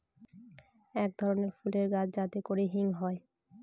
এক ধরনের ফুলের গাছ যাতে করে হিং হয়